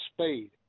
speed